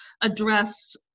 address